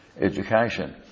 education